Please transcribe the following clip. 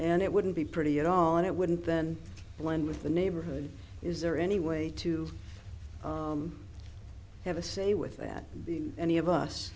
and it wouldn't be pretty at all and it wouldn't then when with the neighborhood is there any way to have a say with that being any of us